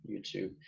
YouTube